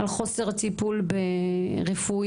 על חוסר בטיפול רפואי,